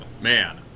man